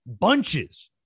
bunches